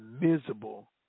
miserable